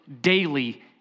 daily